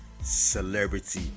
celebrity